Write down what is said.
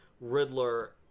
Riddler